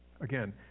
Again